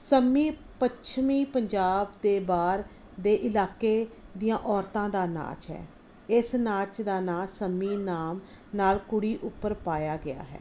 ਸੰਮੀ ਪੱਛਮੀ ਪੰਜਾਬ ਦੇ ਬਾਹਰ ਦੇ ਇਲਾਕੇ ਦੀਆਂ ਔਰਤਾਂ ਦਾ ਨਾਚ ਹੈ ਇਸ ਨਾਚ ਦਾ ਨਾਂ ਸੰਮੀ ਨਾਮ ਨਾਲ ਕੁੜੀ ਉੱਪਰ ਪਾਇਆ ਗਿਆ ਹੈ